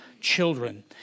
children